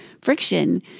friction